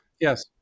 Yes